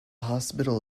hospital